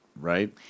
right